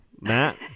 Matt